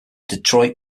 detroit